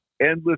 endless